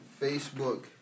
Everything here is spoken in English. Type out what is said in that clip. Facebook